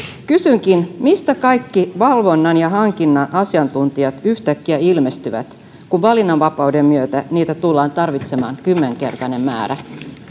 kysynkin mistä kaikki valvonnan ja hankinnan asiantuntijat yhtäkkiä ilmestyvät kun valinnanvapauden myötä niitä tullaan tarvitsemaan kymmenkertainen määrä